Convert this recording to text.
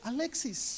Alexis